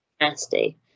nasty